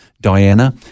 Diana